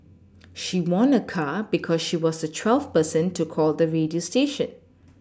she won a car because she was the twelfth person to call the radio station